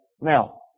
Now